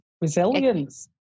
resilience